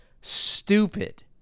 stupid